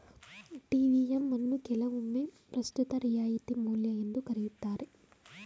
TVM ಅನ್ನು ಕೆಲವೊಮ್ಮೆ ಪ್ರಸ್ತುತ ರಿಯಾಯಿತಿ ಮೌಲ್ಯ ಎಂದು ಕರೆಯುತ್ತಾರೆ